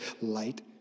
light